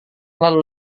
lalu